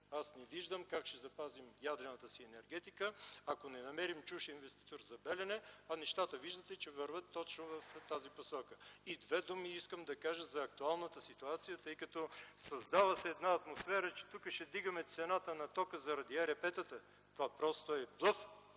Аз не виждам как ще запазим ядрената си енергетика, ако не намерим чужд инвеститор за „Белене”, а нещата виждате, че вървят точно в тази посока. Искам да кажа две думи и за актуалната ситуация, тъй като се създава една атмосфера, че тук ще вдигаме цената на тока заради ЕРП-тата. Това просто е блъф.